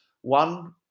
one